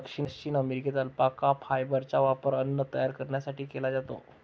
दक्षिण अमेरिकेत अल्पाका फायबरचा वापर अन्न तयार करण्यासाठी केला जातो